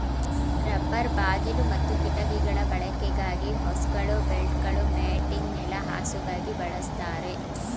rubber ಬಾಗಿಲು ಮತ್ತು ಕಿಟಕಿಗಳ ಬಳಕೆಗಾಗಿ ಹೋಸ್ಗಳು ಬೆಲ್ಟ್ಗಳು ಮ್ಯಾಟಿಂಗ್ ನೆಲಹಾಸುಗಾಗಿ ಬಳಸ್ತಾರೆ